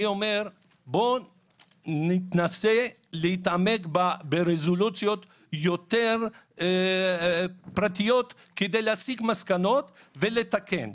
אני אומר שננסה להתעמק ברזולוציות יותר פרטיות כדי להסיק מסקנות ולתקן.